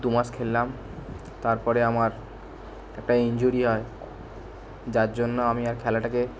দু মাস খেললাম তারপরে আমার একটা ইনজুরি হয় যার জন্য আমি আর খেলাটাকে